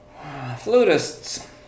Flutists